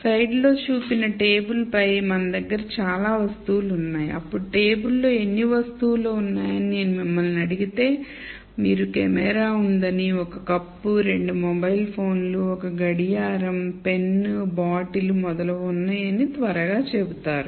స్లైడ్లో చూపిన టేబుల్పై మన దగ్గర చాలా వస్తువులు ఉన్నాయి అప్పుడు టేబుల్లో ఎన్ని వస్తువులు ఉన్నాయని నేను మిమ్మల్ని అడిగితే మీరు కెమెరా ఉందని ఒక కప్పు రెండు మొబైల్ ఫోన్ల ఒక గడియారం పెన్ బాటిల్ మొదలైనవి ఉన్నాయని త్వరగా చెబుతారు